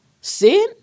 sin